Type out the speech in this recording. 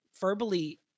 verbally